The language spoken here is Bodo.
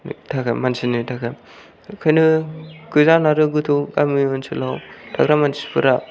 मानसिनि थाखाय बेनिखायनो गोजान आरो गोथौ गामि ओनसोलाव थाग्रा मानसिफोरा